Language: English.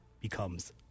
becomes